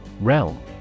Realm